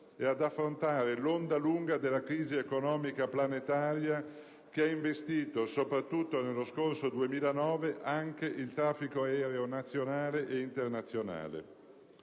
e ad affrontare l'onda lunga della crisi economica planetaria che ha investito, soprattutto nello scorso 2009, anche il traffico aereo nazionale ed internazionale.